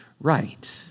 right